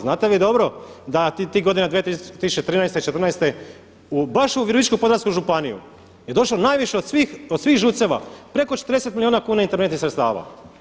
Znate vi dobro da tih godina 2013., 2014. baš u Virovitičko-podravsku županiju je došlo najviše od svih ŽUC-eva preko 40 milijuna kuna interventnih sredstava.